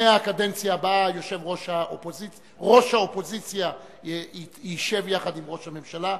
מהקדנציה הבאה ראש האופוזיציה ישב יחד עם ראש הממשלה,